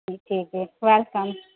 جی جی ویلکم